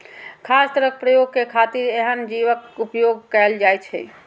खास तरहक प्रयोग के खातिर एहन जीवक उपोयग कैल जाइ छै